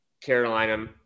Carolina